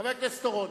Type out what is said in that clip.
חבר הכנסת אורון,